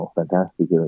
fantastic